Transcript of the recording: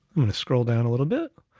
i'm gonna scroll down a little bit.